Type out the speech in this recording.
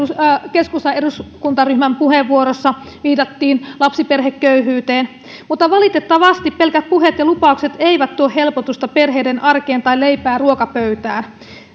keskustan eduskuntaryhmän puheenvuorossa viitattiin lapsiperheköyhyyteen mutta valitettavasti pelkät puheet ja lupaukset eivät tuo helpotusta perheiden arkeen tai leipää ruokapöytään